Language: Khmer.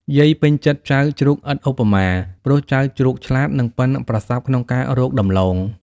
យាយពេញចិត្ដចៅជ្រូកឥតឧបមា ព្រោះចៅជ្រូកឆ្លាត និងប៉ិនប្រសប់ក្នុងការរកដំឡូង។